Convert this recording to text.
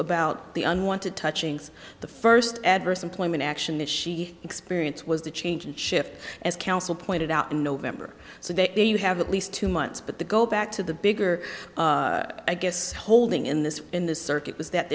about the unwanted touching so the first adverse employment action that she experienced was to change and shift as counsel pointed out in november so there you have at least two months but the go back to the bigger i guess holding in this in this circuit was that